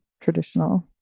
traditional